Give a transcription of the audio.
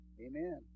Amen